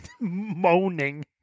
Moaning